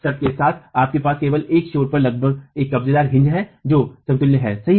इस शर्त के साथ कि आपके पास केवल दूसरे छोर पर लगभग एक कब्जेदार है जो समतुल्य है